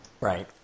Right